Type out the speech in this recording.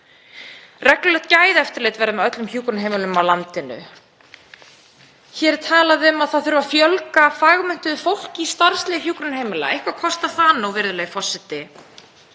Reglulegt gæðaeftirlit verði með öllum hjúkrunarheimilum á Íslandi.“ Hér er talað um að það þurfi að fjölga fagmenntuðu fólki í starfsliði hjúkrunarheimila. Eitthvað kostar það nú, virðulegi forseti.